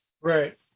right